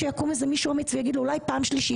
למה שלא יקום מישהו עם אומץ ויגיד לו שזאת פעם שלישית,